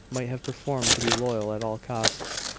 might have preferred to be loyal at all costs.